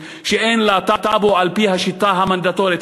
שאין לה טאבו על-פי השיטה המנדטורית.